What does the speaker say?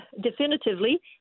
definitively